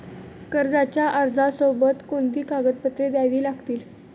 कर्जाच्या अर्जासोबत कोणती कागदपत्रे द्यावी लागतील?